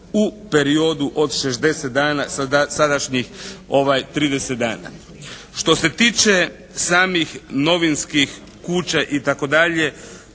u periodu od 60 dana sa sadašnjih 30 dana. Što se tiče samih novinskih kuća itd.,